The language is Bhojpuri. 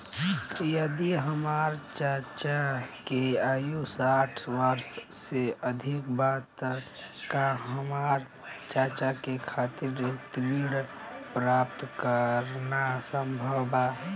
यदि हमार चाचा के आयु साठ वर्ष से अधिक बा त का हमार चाचा के खातिर ऋण प्राप्त करना संभव बा?